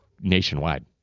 nationwide